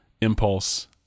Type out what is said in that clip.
Impulse